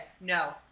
No